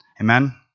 Amen